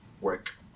work